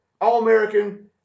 All-American